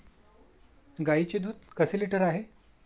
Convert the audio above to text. गाईचे दूध कसे लिटर आहे?